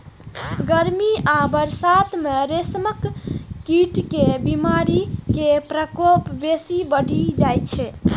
गर्मी आ बरसात मे रेशम कीट मे बीमारी के प्रकोप बेसी बढ़ि जाइ छै